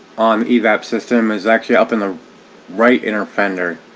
on evap system is actually up in the right inner fender